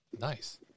Nice